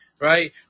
Right